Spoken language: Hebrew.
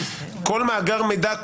כל מאגר מידע,